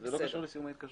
זה לא קשור לסיום ההתקשרות.